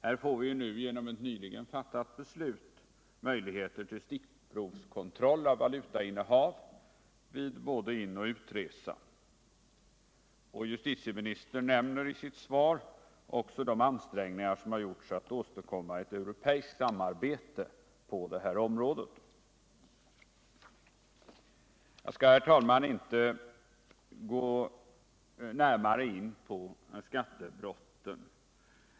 Här får vi ju nu genom ett nyligen fattat beslut möjlighet till stickprovskontroll av valutainnehav vid både utoch inresa, och justitieministern nämner i sitt svar också de ansträngningar som gjorts att åstadkomma ett europeiskt samarbete på detta område. Jag skall, herr talman, inte närmare gå in på skattebrotten.